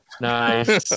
Nice